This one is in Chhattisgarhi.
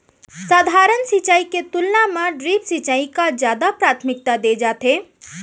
सधारन सिंचाई के तुलना मा ड्रिप सिंचाई का जादा प्राथमिकता दे जाथे